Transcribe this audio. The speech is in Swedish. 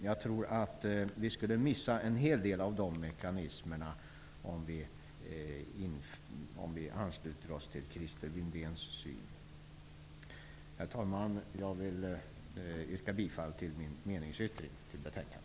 Jag tror att vi skulle missa en hel del av de mekanismerna om vi ansluter oss till Herr talman! Jag vill yrka bifall till min meningsyttring till betänkandet.